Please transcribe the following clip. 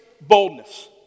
boldness